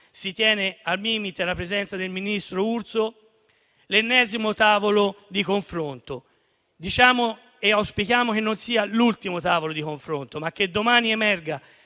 si tiene al Mimit, alla presenza del ministro Urso, l'ennesimo tavolo di confronto. Noi auspichiamo che non sia l'ultimo tavolo di confronto, ma che domani emerga